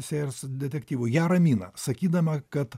sėjers detektyvų ją ramina sakydama kad